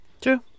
True